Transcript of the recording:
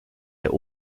der